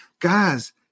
Guys